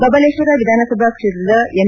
ಬಬಲೇಶ್ವರ ವಿಧಾನಸಭಾ ಕ್ಷೇತ್ರದ ಎಂ